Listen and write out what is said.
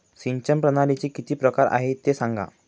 सिंचन प्रणालीचे किती प्रकार आहे ते सांगा